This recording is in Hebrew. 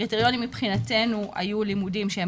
הקריטריונים מבחינתנו היו לימודים שהם